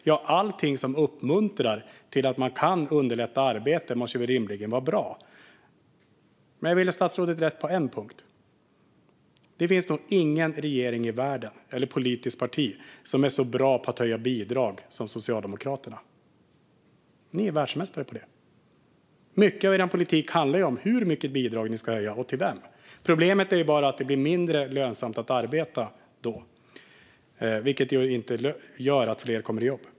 Ja, allting som uppmuntrar till och underlättar arbete måste väl rimligen vara bra. Men jag vill ge statsrådet rätt på en punkt. Det finns nog ingen regering och inget politiskt parti i världen som är så bra på att höja bidrag som Socialdemokraterna. Ni är världsmästare på det. Mycket av er politik handlar ju om hur mycket ni ska höja bidrag med och för vem. Problemet är bara att det blir mindre lönsamt att arbeta då, vilket inte gör att fler kommer i jobb.